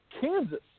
Kansas